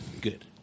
Good